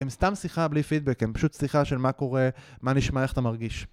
הם סתם שיחה בלי פידבק, הם פשוט שיחה של מה קורה, מה נשמע, איך אתה מרגיש.